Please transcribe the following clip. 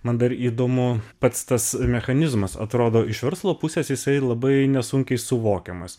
man dar įdomu pats tas mechanizmas atrodo iš verslo pusės jisai labai nesunkiai suvokiamas